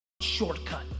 shortcut